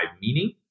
meaning